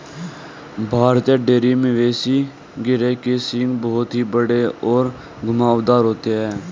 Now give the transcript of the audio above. भारतीय डेयरी मवेशी गिरोह के सींग बहुत ही बड़े और घुमावदार होते हैं